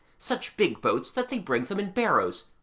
such big boats that they bring them in barrows,